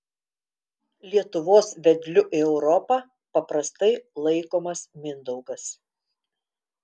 lietuvos vedliu į europą paprastai laikomas mindaugas